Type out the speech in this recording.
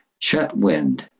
Chetwind